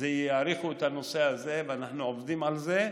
יאריכו את הנושא הזה, ואנחנו עובדים על זה.